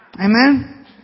amen